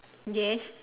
yes